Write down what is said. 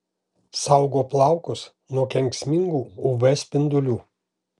saugo plaukus nuo kenksmingų uv spindulių